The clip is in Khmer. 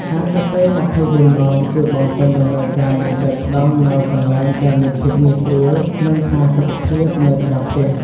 ហាងកាហ្វេ ២៤ ម៉ោង ជួយបំពេញតម្រូវការនេះដោយផ្តល់នូវកន្លែងដែលមានភាពងាយស្រួល និងផាសុកភាពនៅក្រៅផ្ទះ។